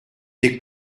des